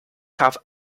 have